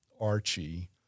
Archie